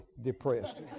depressed